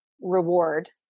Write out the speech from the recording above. reward